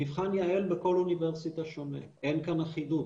מבחן יע"ל בכל אוניברסיטה שונה, אין כאן אחידות.